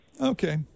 Okay